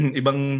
ibang